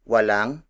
Walang